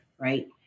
right